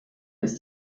ist